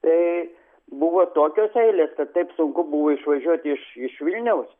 tai buvo tokios eilės kad taip sunku buvo išvažiuoti iš iš vilniaus